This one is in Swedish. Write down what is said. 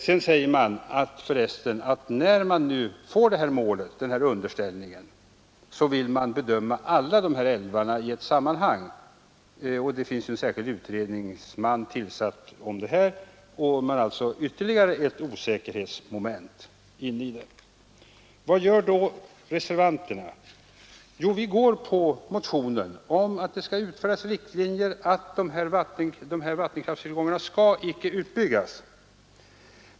Sedan vill man att Kungl. Maj:t skall bedöma frågan om alla dessa älvars eventuella utbyggnad i ett samman hang. Det finns en särskild utredning tillsatt om det, och här är alltså ytterligare ett osäkerhetsmoment. Vad gör då reservanterna? Jo, vi går på motionens förslag om att det skall utfärdas riktlinjer att dessa vattenkraftstillgångar icke skall utbyggas.